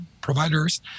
providers